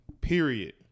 Period